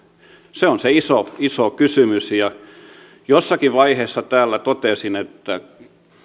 se on se iso iso kysymys jossakin vaiheessa täällä totesin että